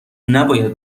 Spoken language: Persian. نباید